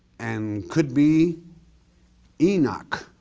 and could be enoch,